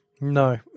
No